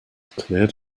cleared